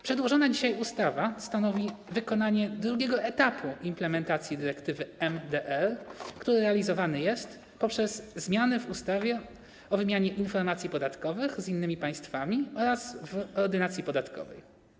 Przedłożona dzisiaj ustawa stanowi wykonanie drugiego etapu implementacji dyrektywy MDR, który realizowany jest poprzez zmiany w ustawie o wymianie informacji podatkowych z innymi państwami oraz w Ordynacji podatkowej.